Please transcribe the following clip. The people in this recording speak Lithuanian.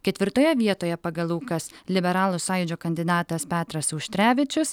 ketvirtoje vietoje pagal aukas liberalų sąjūdžio kandidatas petras auštrevičius